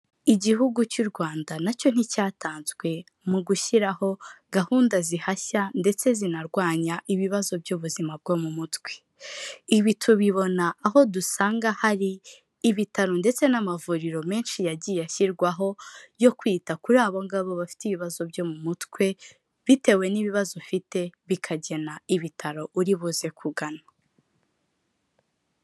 Igihugu cy'u Rwanda nacyo nticyatanzwe mu gushyiraho gahunda zihashya ndetse zinarwanya ibibazo by'ubuzima bwo mu mutwe. Ibi tubibona aho dusanga hari ibitaro ndetse n'amavuriro menshi yagiye ashyirwaho yo kwita kuri abongabo bafite ibibazo byo mu mutwe bitewe n'ibibazo ufite bikagena ibitaro uri buze kugana.